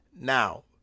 Now